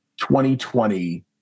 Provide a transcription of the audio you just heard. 2020